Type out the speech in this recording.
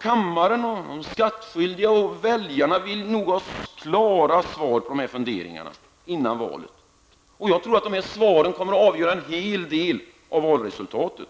Kammaren och de skattskyldiga och väljarna vill nog gärna har klara svar på dessa funderingar innan valet. Jag tror att svaren kommer att avgöra en hel del av valresultatet.